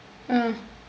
ah